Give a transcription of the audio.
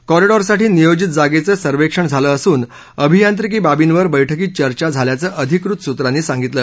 कॉरिडॉरसाठी नियोजित जागेचं सर्वेक्षण झालं असून अभियांत्रिकी बाबींवर बैठकीत चर्चा झाल्याचं अधिकृत सूत्रांनी सांगितलं